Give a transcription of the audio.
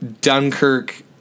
Dunkirk